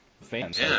fans